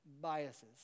biases